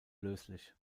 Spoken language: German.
löslich